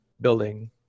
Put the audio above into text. building